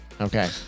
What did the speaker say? Okay